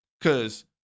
Cause